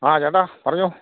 ആ ചട്ടാ പറഞ്ഞോ